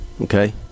okay